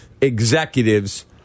executives